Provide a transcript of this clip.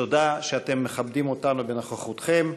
תודה שאתם מכבדים אותנו בנוכחותכם,